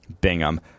bingham